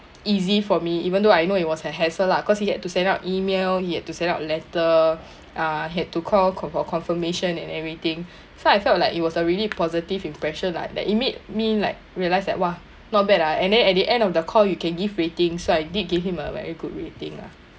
easy for me even though I know it was a hassle lah cause he had to send out email he had to send out letter ah had to call confirm~ for confirmation and everything so I felt like it was a really positive impression lah it made me like realized that !wah! not bad ah and then at the end of the call you can give ratings so I did gave him a very good rating lah